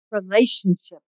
relationship